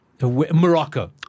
Morocco